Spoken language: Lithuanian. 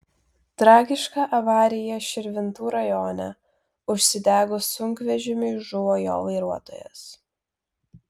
tragiška avarija širvintų rajone užsidegus sunkvežimiui žuvo jo vairuotojas